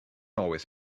always